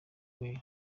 well